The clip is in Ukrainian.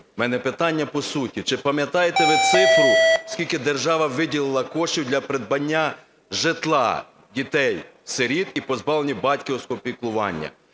В мене питання по суті. Чи пам'ятаєте ви цифру, скільки держава виділила коштів для придбання житла дітям-сиротам, які позбавлені батьківського піклування?